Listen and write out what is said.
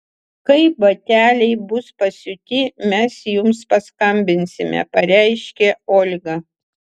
kai bateliai bus pasiūti mes jums paskambinsime pareiškė olga